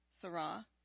Sarah